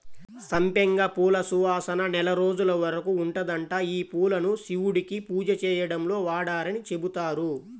సంపెంగ పూల సువాసన నెల రోజుల వరకు ఉంటదంట, యీ పూలను శివుడికి పూజ చేయడంలో వాడరని చెబుతారు